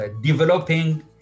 developing